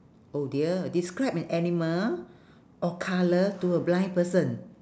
oh dear describe an animal or colour to a blind person